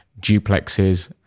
duplexes